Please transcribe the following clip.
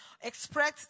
express